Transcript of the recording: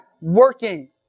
working